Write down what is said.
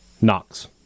Knox